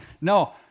No